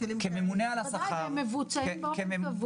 זה ממוצע ב-2019?